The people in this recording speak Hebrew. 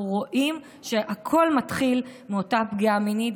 רואים שהכול מתחיל מאותה פגיעה מינית,